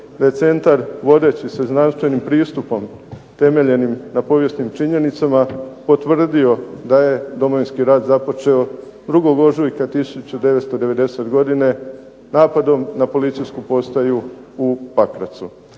je centar vodeći se znanstvenim pristupom temeljenim na povijesnim činjenicama potvrdio da je Domovinski rat započeo 2. ožujka 1990. godine napadom na policijsku postaju u Pakracu.